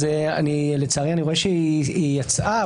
לצערי אני רואה שהיא יצאה,